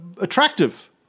attractive